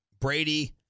Brady